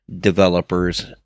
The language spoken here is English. developers